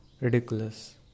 ridiculous